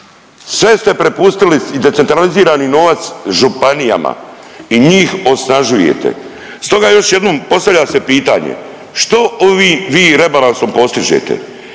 Sve ste prepustili i decentralizirani novac županijama i njih osnažujete. Stoga još jednom postavlja se pitanje što vi, vi rebalansom postižene?